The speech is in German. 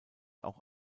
auch